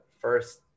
first